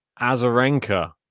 Azarenka